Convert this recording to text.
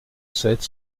sept